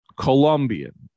Colombian